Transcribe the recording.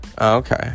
Okay